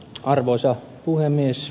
arvoisa puhemies